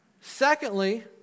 Secondly